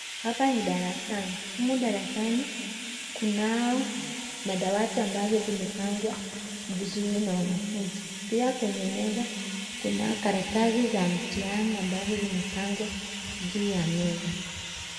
Hapa ni darasani. Humu darasani kunao madawati ambavyo vimepangwa vizuri na wanafunzi. Pia kwenye meza kuna karatasi za mitihani ambazo zimepangwa juu ya meza.